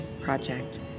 Project